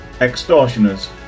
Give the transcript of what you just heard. extortioners